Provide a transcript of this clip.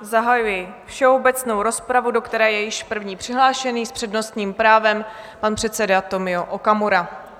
Zahajuji všeobecnou rozpravu, do které je již první přihlášený s přednostním právem pan předseda Tomio Okamura.